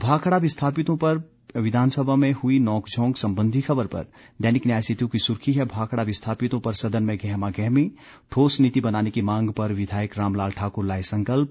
भाखड़ा विस्थापितों पर विधानसभा में हुई नोकझोंक संबंधी खबर पर दैनिक न्याय सेतु की सुर्खी है भाखड़ा विस्थापितों पर सदन में गहमागहमी ठोस नीति बनाने की मांग पर विधायक रामलाल ठाकुर लाए संकल्प